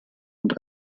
und